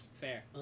Fair